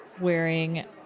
wearing